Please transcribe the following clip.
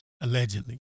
Allegedly